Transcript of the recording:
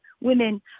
women